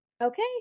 Okay